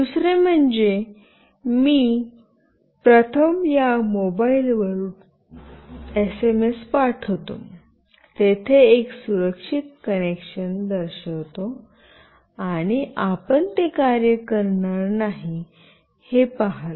दुसरे म्हणजे मी प्रथम या मोबाईल वरून एसएमएस पाठवितो तेथे एक सुरक्षित कनेक्शन दर्शवितो आणि आपण ते कार्य करणार नाही हे पहाल